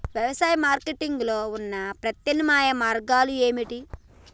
వ్యవసాయ మార్కెటింగ్ లో ఉన్న ప్రత్యామ్నాయ మార్గాలు ఏమిటి?